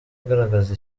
agaragaza